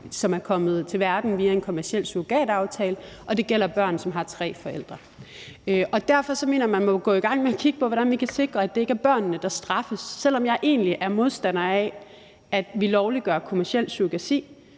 som er kommet til verden via en kommerciel surrogataftale, og det gælder børn, som har tre forældre. Derfor mener jeg jo, at man må gå i gang med at kigge på, hvordan man kan sikre, at det ikke er børnene, der straffes. For selv om jeg egentlig er modstander af, at vi lovliggør kommerciel surrogati,